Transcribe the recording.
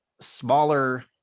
smaller